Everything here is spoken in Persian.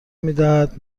میدهد